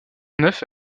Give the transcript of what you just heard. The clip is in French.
neuf